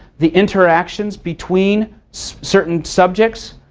the interactions between certain subjects,